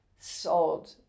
sold